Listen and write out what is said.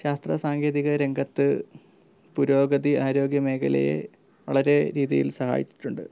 ശാസ്ത്ര സാങ്കേതിക രംഗത്ത് പുരോഗതി ആരോഗ്യ മേഖലയെ വളരെ രീതിയിൽ സഹായിച്ചിട്ടുണ്ട്